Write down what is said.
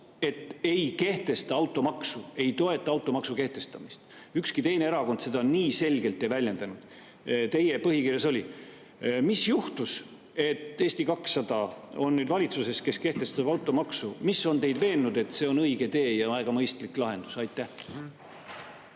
et ei kehtesta automaksu, ei toeta automaksu kehtestamist. Ükski teine erakond seda nii selgelt ei väljendanud, teie põhikirjas see oli. Mis juhtus, et Eesti 200 on nüüd valitsuses, kes kehtestab automaksu? Mis on teid veennud, et see on õige tee ja väga mõistlik lahendus? Aitäh!